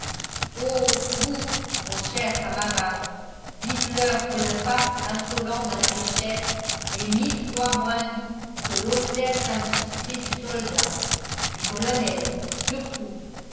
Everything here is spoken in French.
mon cher camarade dites-leur que le faste insolent de la richesse est mille fois moins doux que l'austère simplicité du soldat du colonel surtout